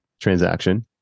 transaction